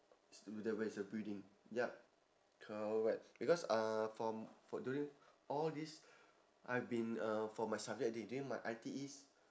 to the rest of building yup correct because uh from for during all this I've been uh for my subject d~ during my I_T_Es